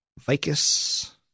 Vicus